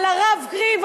על הרב קרים,